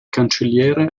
cancelliere